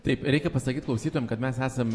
taip reikia pasakyt klausytojam kad mes esam